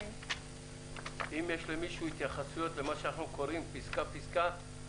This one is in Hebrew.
אם יש למישהו מהנוכחים כאן או בזום הערות,